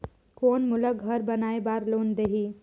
कौन मोला घर बनाय बार लोन देही?